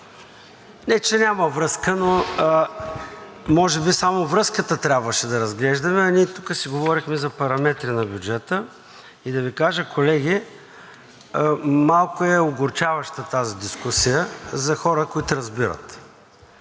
Не че няма връзка, но може би само връзката трябваше да разглеждаме, а ние тук си говорихме за параметри на бюджета. И да Ви кажа, колеги, малко е огорчаваща тази дискусия за хора, които разбират,